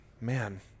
man